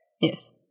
Yes